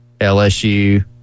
LSU